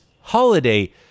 holiday